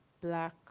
black